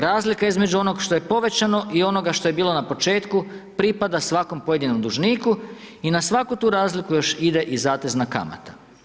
Razlika između onoga što je povećano i onoga što je bilo na početku, pripada svakom pojedinom dužniku i na svaku tu razliku još ide i zatezna kamata.